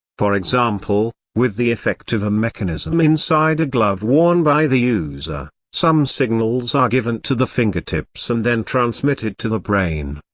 for example, with the effect of a mechanism inside a glove worn by the user, some signals are given to the fingertips and then transmitted to the brain.